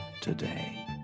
today